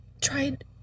tried